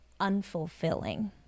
unfulfilling